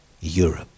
Europe